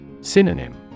Synonym